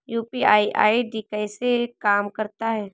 UPI ID कैसे काम करता है?